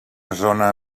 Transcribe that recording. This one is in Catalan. zona